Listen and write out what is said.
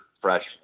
fresh